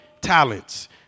talents